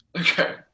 Okay